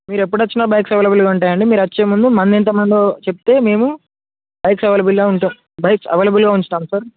మీరు ఎప్పుడొచ్చినా బైక్స్ అవైలబుల్గా ఉంటాయండి మీరు వచ్చే ముందు మంది ఎంత మందో చెప్తే మేము బైక్స్ అవైలబుల్గా ఉంటాం బైక్స్ అవైలబుల్గా ఉంచుతాం సార్